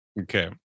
Okay